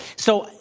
so,